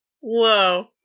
Whoa